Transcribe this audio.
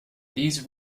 these